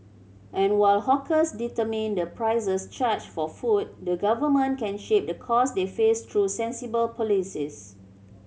and while hawkers determine the prices charged for food the Government can shape the cost they face through sensible policies